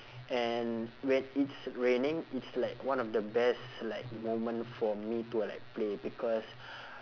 and when it's raining it's like one of the best like moment for me to like play because